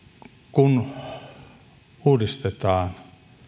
kun uudistetaan